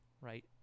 right